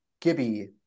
Gibby